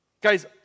Guys